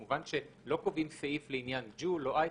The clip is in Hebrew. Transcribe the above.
כמובן שלא קובעים סעיף לעניין ג'ול או אייקוס,